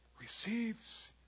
receives